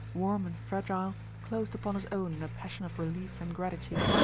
warm and fragile, closed upon his own in a passion of relief and gratitude.